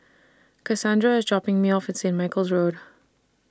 Casandra IS dropping Me off At Saint Michael's Road